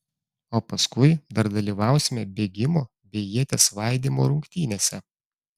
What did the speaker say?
o paskui dar dalyvausime bėgimo bei ieties svaidymo rungtynėse